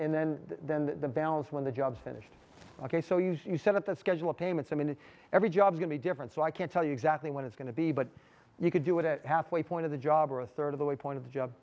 and then then the balance when the job's finished ok so you set up a schedule of payments i mean every job can be different so i can't tell you exactly when it's going to be but you could do it at halfway point of the job or a third of the way point of the job